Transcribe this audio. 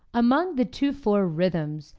among the two four rhythms,